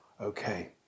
okay